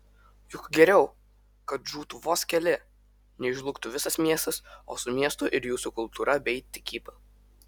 juk geriau kad žūtų vos keli nei žlugtų visas miestas o su miestu ir jūsų kultūra bei tikyba